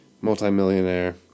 multi-millionaire